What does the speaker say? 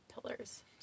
pillars